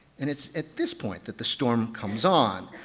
and it's at this point that the storm comes on.